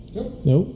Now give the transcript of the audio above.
Nope